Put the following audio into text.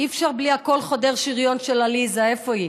אי-אפשר בלי הקול חודר השריון של עליזה, איפה היא?